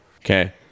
okay